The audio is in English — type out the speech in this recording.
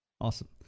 Awesome